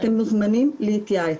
אתם מוזמנים להתייעץ,